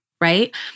right